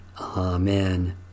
Amen